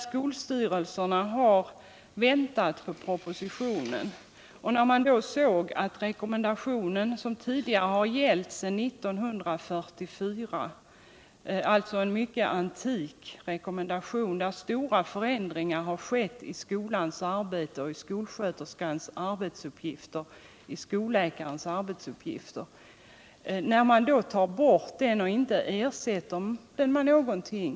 Skolstyrelserna har väntat på propositionen och funnit att den rekommendation som har gällt sedan 1944 — alltså en mycket antik rekommendation; stora förändringar har skett i skolans arbete och i skolsköterskans och skolläkarens arbetsuppgifter — tas bort och inte ersätts med någonting.